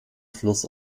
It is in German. fluss